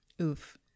oof